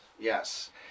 Yes